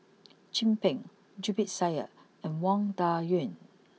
Chin Peng Zubir Said and Wang Dayuan